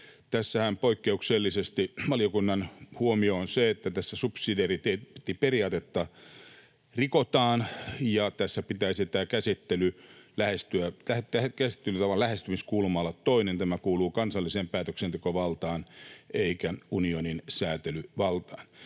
Tässähän poikkeuksellisesti valiokunnan huomio on se, että tässä subsidiariteettiperiaatetta rikotaan, ja tässä pitäisi käsittelytavan lähestymiskulma olla toinen: tämä kuuluu kansalliseen päätöksentekovaltaan eikä unionin säätelyvaltaan.